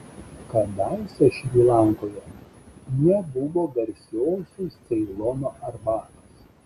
kadaise šri lankoje nebuvo garsiosios ceilono arbatos